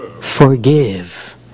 Forgive